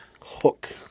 hook